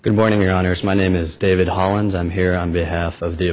good morning your honor is my name is david holland's i'm here on behalf of the